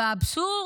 והאבסורד,